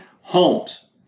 homes